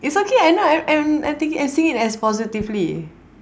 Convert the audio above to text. it's okay I know I'm I'm taking I'm seeing it as positively